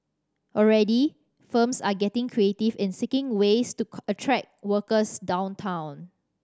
already firms are getting creative in seeking ways to attract workers downtown